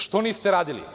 Što niste radili.